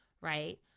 right